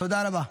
תודה רבה.